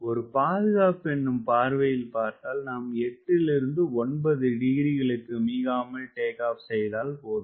ஒரு பாதுகாப்பு எனும் பார்வையில் பார்த்தால் நாம் 8 - 9 டிகிரிக்களுக்கு மிகாமல் டேக் ஆப் செய்தால் போதும்